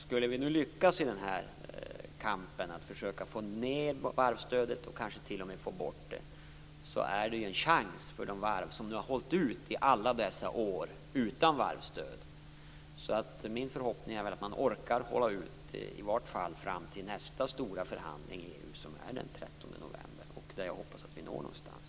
Skulle vi lyckas i kampen att få ned varvsstödet eller t.o.m. få bort det är det en chans för de varv som har hållit ut i alla dessa år utan varvsstöd. Min förhoppning är att man orkar hålla ut i vart fall fram till nästa stora förhandling som är den 13 november, och där hoppas jag att vi når någonstans.